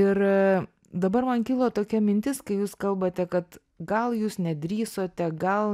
ir dabar man kilo tokia mintis kai jūs kalbate kad gal jūs nedrįsote gal